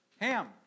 ham